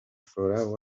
florent